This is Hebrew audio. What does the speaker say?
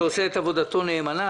הוא עושה את עבודתו נאמנה.